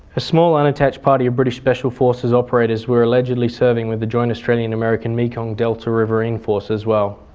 a small unattached party of british special forces operators were allegedly serving with the joint australian american mekong delta river reinforce as well.